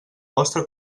vostra